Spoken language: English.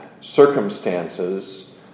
circumstances